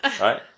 Right